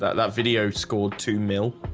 that that video scored two mill